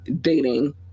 dating